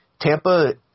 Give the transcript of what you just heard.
Tampa